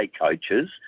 coaches